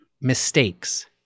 mistakes